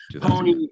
pony